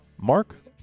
Mark